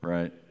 Right